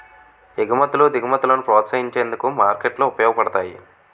ఎగుమతులు దిగుమతులను ప్రోత్సహించేందుకు మార్కెట్లు ఉపయోగపడతాయి